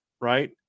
Right